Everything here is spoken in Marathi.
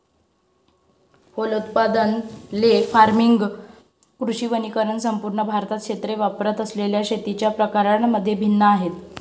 फलोत्पादन, ले फार्मिंग, कृषी वनीकरण संपूर्ण भारतात क्षेत्रे वापरत असलेल्या शेतीच्या प्रकारांमध्ये भिन्न आहेत